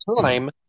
time